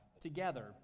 together